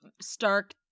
Stark